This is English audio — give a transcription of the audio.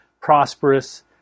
prosperous